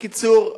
בקיצור,